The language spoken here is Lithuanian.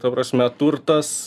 ta prasme turtas